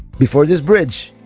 before this bridge,